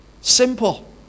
simple